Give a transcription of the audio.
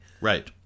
right